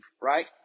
right